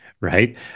Right